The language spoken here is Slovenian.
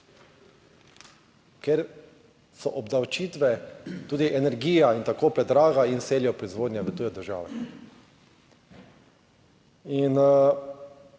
Ker so obdavčitve, tudi energija tako predraga in selijo proizvodnjo v tuje države.